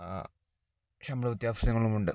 ശമ്പള വ്യത്യാസങ്ങളുമുണ്ട്